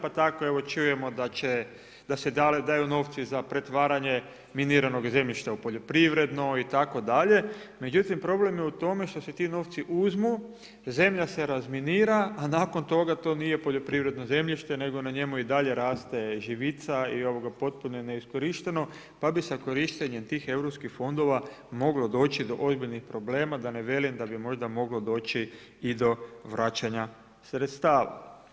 Pa tako evo čujemo da se daju novci za pretvaranje miniranog zemljišta u poljoprivredno itd., međutim problem je u tome što se ti novci uzmu, zemlja se razminira a nakon toga to nije poljoprivredno zemljište nego na njemu i dalje raste živica i potpuno je neiskorišteno pa bi sa korištenjem tih EU fondova moglo doći do ozbiljnih problema da ne velim da bi možda moglo doći i do vraćanja sredstava.